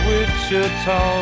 Wichita